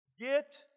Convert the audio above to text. Get